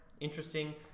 interesting